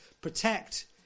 protect